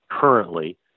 currently